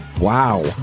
Wow